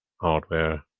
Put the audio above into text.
hardware